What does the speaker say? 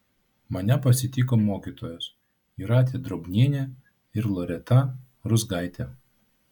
mane pasitiko mokytojos jūratė drobnienė ir loreta ruzgaitė